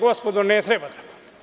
Gospodo ne treba tako.